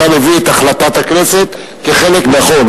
אתה מביא את החלטת הכנסת כחלק נכון,